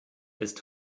ist